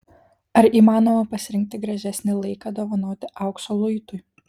ar įmanoma pasirinkti gražesnį laiką dovanoti aukso luitui